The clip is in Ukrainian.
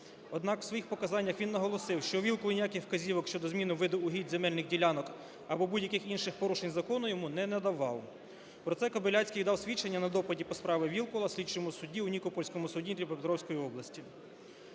однак в своїх показаннях він наголосив, що Вілкул ніяких вказівок щодо зміни виду угідь земельних ділянок або будь-яких інших порушень закону йому не надавав. Про це Кобиляцький дав свідчення на допиті по справі Вілкула слідчому судді у Нікопольському суді Дніпропетровської області.